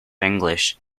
english